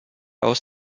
aus